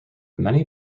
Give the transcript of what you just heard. many